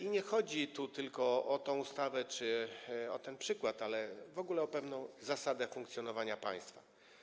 I chodzi tu nie tylko o tę ustawę czy ten przykład, ale w ogóle o pewną zasadę funkcjonowania państwa.